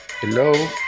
Hello